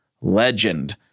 legend